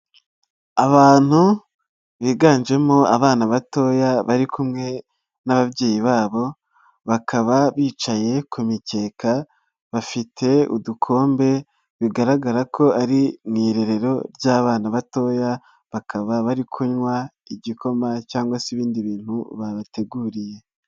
Abantu biganjemo abana batoya bari kumwe n'ababyeyi babo, bakaba bicaye ku mikeka, bafite udukombe bigaragara ko ari mu irerero ry'abana batoya, bakaba bari kunywa igikoma cyangwa se ibindi bintu babateguriye.